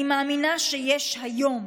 אני מאמינה שיש היום